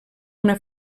una